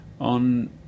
on